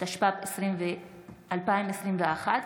התשפ"ב 2021,